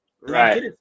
Right